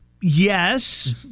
yes